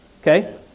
Okay